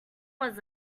was